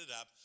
up